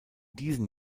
diesen